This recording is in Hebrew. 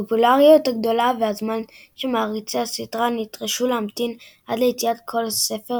הפופולריות הגדולה והזמן שמעריצי הסדרה נדרשו להמתין עד ליציאת כל ספר